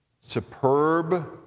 superb